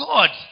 God